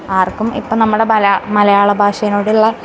ആർക്കും ഇപ്പം നമ്മുടെ ബലാ മലയാള ഭാഷേനോടുള്ള